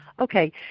Okay